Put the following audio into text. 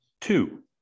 two